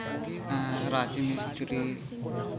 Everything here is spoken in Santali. ᱨᱟᱡᱽ ᱢᱤᱥᱛᱨᱤ